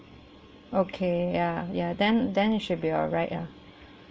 okay ya ya then then it should be alright ah